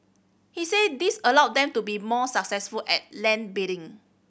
he said this allow them to be more successful at land bidding